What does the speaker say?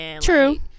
True